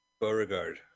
Beauregard